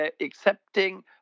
accepting